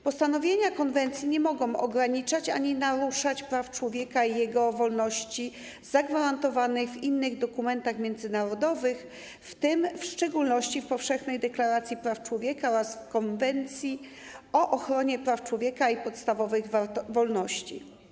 Postanowienia konwencji nie mogą ograniczać ani naruszać praw człowieka i jego wolności zagwarantowanych w innych dokumentach międzynarodowych w tym w szczególności w Powszechnej Deklaracji Praw Człowieka oraz w Konwencji o ochronie praw człowieka i podstawowych wolności.